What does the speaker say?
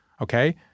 okay